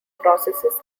processes